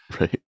Right